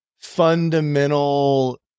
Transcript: fundamental